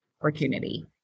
Opportunity